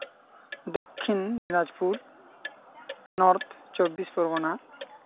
ᱫᱚᱠᱠᱷᱤᱱ Dinajpur north ᱪᱚᱵᱵᱤᱥ ᱯᱚᱨᱜᱚᱱᱟ